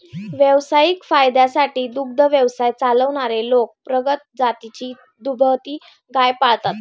व्यावसायिक फायद्यासाठी दुग्ध व्यवसाय चालवणारे लोक प्रगत जातीची दुभती गाय पाळतात